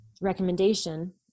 recommendation